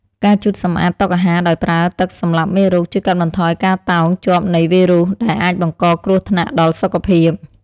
ការជូតសម្អាតតុអាហារដោយប្រើទឹកសម្លាប់មេរោគ ជួយកាត់បន្ថយការតោងជាប់នៃវីរុសដែលអាចបង្កគ្រោះថ្នាក់ដល់សុខភាព។